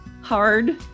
hard